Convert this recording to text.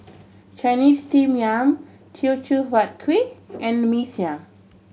Chinese Steamed Yam Teochew Huat Kuih and Mee Siam